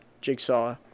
Jigsaw